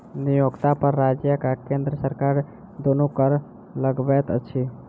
नियोक्ता पर राज्य आ केंद्र सरकार दुनू कर लगबैत अछि